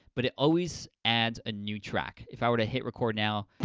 but it always adds a new track. if i were to hit record, now,